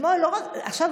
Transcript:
עכשיו,